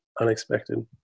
unexpected